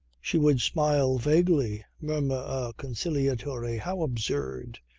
she would smile vaguely murmur a conciliatory how absurd.